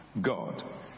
God